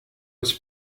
his